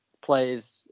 plays